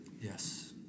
Yes